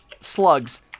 slugs